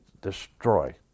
destroy